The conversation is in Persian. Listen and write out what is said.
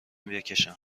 بکشم